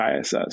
ISS